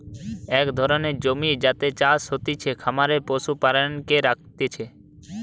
এক ধরণের জমি যাতে চাষ হতিছে, খামারে পশু প্রাণীকে রাখতিছে